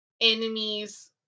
enemies